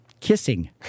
Kissing